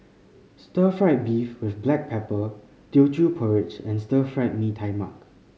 stir fried beef with black pepper Teochew Porridge and Stir Fried Mee Tai Mak